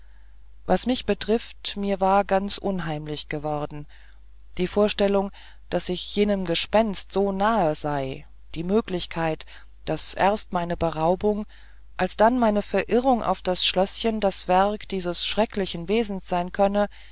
was mich betrifft mir war ganz unheimlich geworden die vorstellung daß ich jenem gespenst so nahe sei die möglichkeit daß erst meine beraubung alsdann meine verirrung auf das schlößchen das werk dieses schrecklichen wesens sein könne